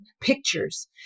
pictures